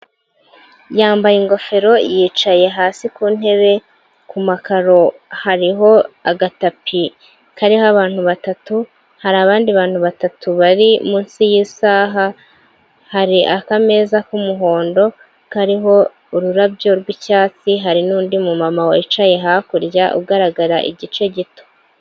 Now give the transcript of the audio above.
Yambaye ingofero yicaye hasi ku ntebe, ku makaro hariho agatapi kariho abantu batatu, hari abandi bantu batatu bari insi y'isaha, hari akameza k'umuhondo kariho ururabyo r'icyatsi, hari n'undi mu mama wicaye hakurya ugaragara igice gito.